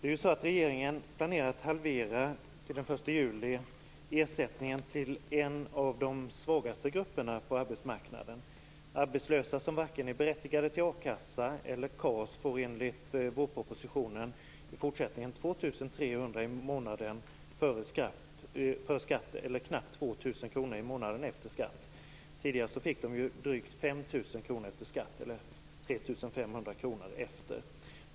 Fru talman! Min fråga går till skolministern. Regeringen planerar att till den 1 juli halvera ersättningen till en av de svagaste grupperna på arbetsmarknaden. Arbetslösa som varken är berättigade till a-kassa eller KAS får enligt vårpropositionen i fortsättningen 2 300 kr i månaden före skatt eller knappt 2 000 kr i månaden efter skatt. Tidigare fick de drygt 5 000 kr före skatt eller 3 500 kr efter skatt.